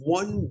one